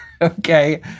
Okay